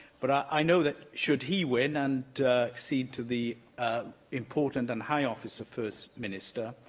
but i know that, should he win and accede to the important and high office of first minister,